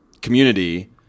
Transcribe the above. community